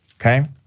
okay